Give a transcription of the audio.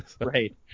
Right